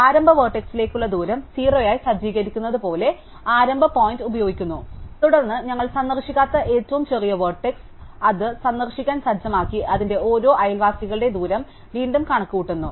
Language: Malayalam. ആരംഭ വെർട്ടക്സ്സിലേക്കുള്ള ദൂരം 0 ആയി സജ്ജീകരിക്കുന്നതുപോലെ ഞങ്ങൾ ആരംഭ പോയിന്റ് ഉപയോഗിക്കുന്നു തുടർന്ന് ഞങ്ങൾ സന്ദർശിക്കാത്ത ഏറ്റവും ചെറിയ വെർട്ടിക്സ് വെർട്ടക്സ് അത് സന്ദർശിക്കാൻ സജ്ജമാക്കി അതിന്റെ ഓരോ അയൽവാസികളുടെയും ദൂരം വീണ്ടും കണക്കുകൂട്ടുന്നു